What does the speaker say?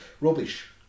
rubbish